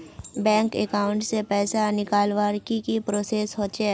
Bank account से पैसा निकालवर की की प्रोसेस होचे?